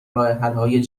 راهحلهای